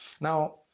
now